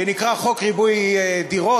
שנקרא "חוק ריבוי דירות",